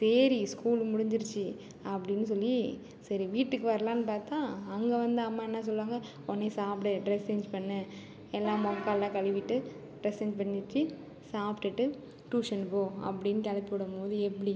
சரி ஸ்கூல் முடிஞ்சுருச்சி அப்படின்னு சொல்லி சரி வீட்டுக்கு வரலானு பார்த்தா அங்கே வந்தால் அம்மா என்ன சொல்லுவாங்க உடனே சாப்பிடு ட்ரெஸ் சேஞ்ச் பண்ணு எல்லா முகம் கால்லாம் கழுவிட்டு ட்ரெஸ் சேஞ்ச் பண்ணிகிட்டு சாப்பிடுட்டு ட்யூஷன் போ அப்படின் கிளப்பிவிடம் போது எப்படி